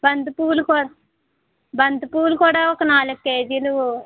బంతి పువ్వులు కూడ బంతి పువ్వులు కూడా ఒక నాలుగు కేజీలూ